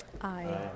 Aye